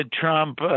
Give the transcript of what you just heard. Trump